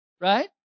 Right